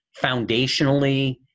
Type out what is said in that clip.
foundationally